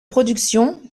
production